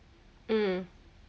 mm